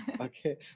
Okay